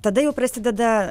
tada jau prasideda